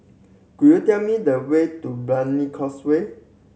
could you tell me the way to Brani Causeway